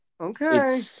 okay